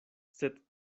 sed